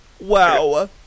Wow